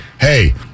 Hey